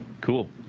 Cool